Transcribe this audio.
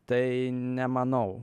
tai nemanau